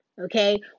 okay